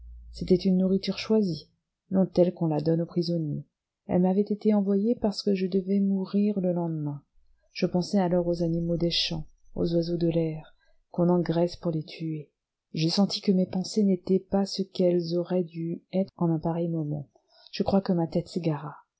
c'était une nourriture choisie non telle qu'on la donne aux prisonniers elle m'avait été envoyée parce que je devais mourir le lendemain je pensai alors aux animaux des champs aux oiseaux de l'air qu'on engraisse pour les tuer je sentis que mes pensées n'étaient pas ce qu'elles auraient dû être en un pareil moment je crois que ma tête s'égara